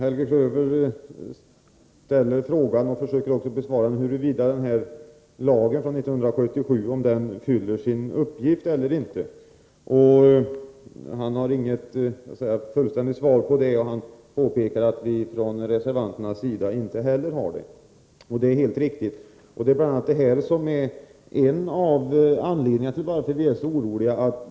Fru talman! Helge Klöver ställer frågan, huruvida lagen från 1977 fyller sin uppgift eller inte. Han har själv inget fullständigt svar på den frågan, och han påpekar att inte heller vi reservanter har det.